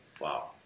Wow